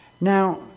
Now